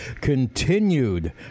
continued